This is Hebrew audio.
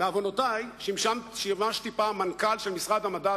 בעוונותי שימשתי פעם מנכ"ל של משרד המדע,